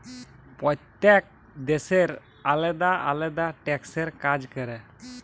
প্যইত্তেক দ্যাশের আলেদা আলেদা ট্যাক্সের কাজ ক্যরে